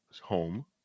home